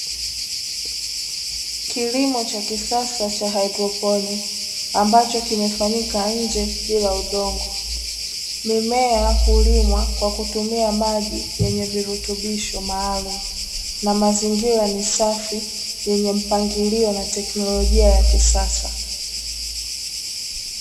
Kilimo cha kisasa cha haidroponi, ambacho kimefanyika nje bila udongo. Mimea hulimwa kwa kutumia maji yenye virutubisho maalumu, na mazingira ni safi yenye mpangilio na teknolojia ya kisasa.